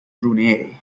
brunei